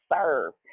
serve